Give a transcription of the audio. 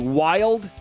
wild